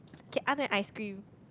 okay other than ice cream